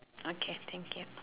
okay thank you